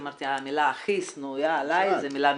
אמרתי שהמילה הכי שנואה עליי זה מצ'ינג.